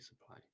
supply